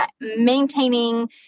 maintaining